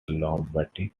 lombardy